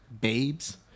Babes